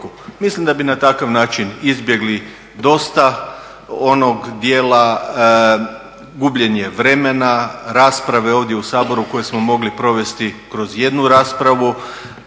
Mislim da bi na takav način izbjegli dosta onog dijela gubljenje vremena, rasprave ovdje u Saboru koje smo mogli provesti kroz jednu raspravu,